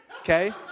okay